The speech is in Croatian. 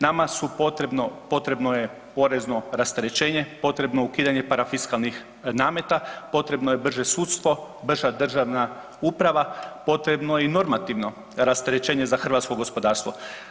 Nama su potrebno, potrebno je porezno rasterećenje, potrebno je ukidanje parafiskalnih nameta, potrebno je brže sudstvo, brža državna uprava, potrebno je i normativno rasterećenje za hrvatsko gospodarstvo.